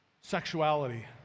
sexuality